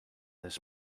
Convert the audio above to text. this